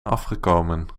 afgekomen